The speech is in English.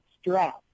stress